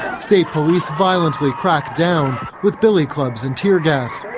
state police violently cracked down, with billy clubs and tear gas.